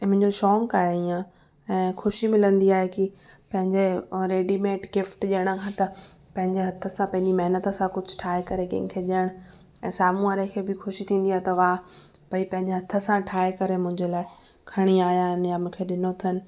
ऐं मुंहिंजो शौक़ु आहे ईअं ऐं ख़ुशी मिलंदी आहे की पंहिंजे रेडीमेड गिफ्ट ॾियण खां त पंहिंजे हथ सां पंहिंजी महिनत सां कुझु ठाहे करे कंहिंखें ॾियण ऐं साम्हूं वारे खे बि ख़ुशी थींदी आहे त वाह भई पंहिंजे हथ सां ठाहे करे मुंहिंजे लाइ खणी आयां आहिनि या मूंखे ॾिनो अथनि